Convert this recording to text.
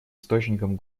источником